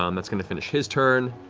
um that's going to finish his turn.